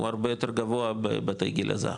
הוא הרבה יותר גבוה בבתי גיל הזהב,